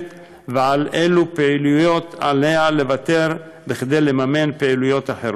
ועל אילו פעילויות עליה לוותר כדי לממן פעילויות אחרות.